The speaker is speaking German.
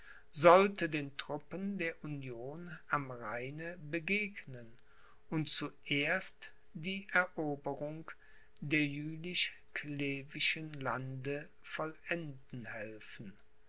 sollte den truppen der union am rheine begegnen und zuerst die eroberung der jülich clevischen lande vollenden helfen